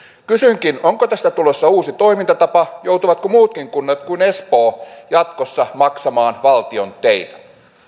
kysynkin onko tästä tulossa uusi toimintatapa joutuvatko muutkin kunnat kuin espoo jatkossa maksamaan valtion teitä